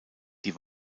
die